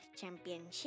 Championship